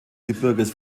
gebirges